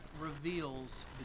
reveals